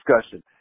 discussion